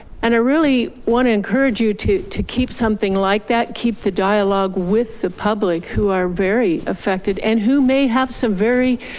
and i really wanna encourage you to to keep something like that, keep the dialogue with the public who are very affected and who may have some very